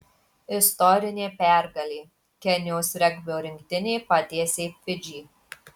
istorinė pergalė kenijos regbio rinktinė patiesė fidžį